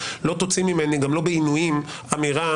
לא תוציא ממני גם לא בעינויים אמירה